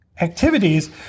activities